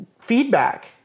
feedback